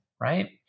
right